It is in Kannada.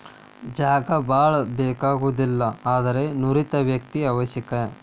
ಜಾಗಾ ಬಾಳ ಬೇಕಾಗುದಿಲ್ಲಾ ಆದರ ನುರಿತ ವ್ಯಕ್ತಿ ಅವಶ್ಯಕ